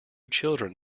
children